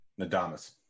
Nadamas